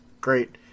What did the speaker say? great